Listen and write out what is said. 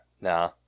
nah